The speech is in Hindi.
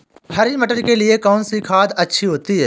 हरी मटर के लिए कौन सी खाद अच्छी होती है?